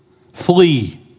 Flee